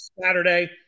Saturday